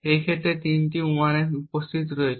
এই ক্ষেত্রে তিনটি 1s উপস্থিত রয়েছে